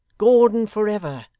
gordon forever!